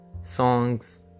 songs